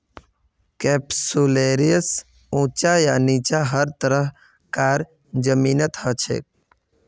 कैप्सुलैरिस ऊंचा या नीचा हर तरह कार जमीनत हछेक